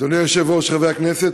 אדוני היושב-ראש,